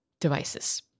devices